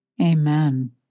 Amen